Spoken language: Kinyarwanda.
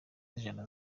ijana